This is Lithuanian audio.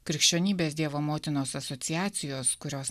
krikščionybės dievo motinos asociacijos kurios